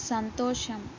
సంతోషం